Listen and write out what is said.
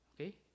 okay